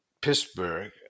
pittsburgh